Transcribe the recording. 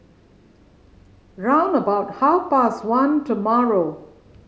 round about half past one tomorrow